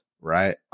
right